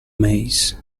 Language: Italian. meis